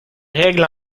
règles